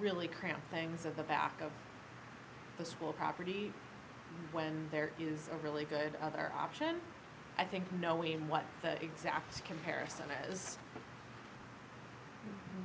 really cram things at the back of the school property when there is a really good other option i think knowing what the exact comparison is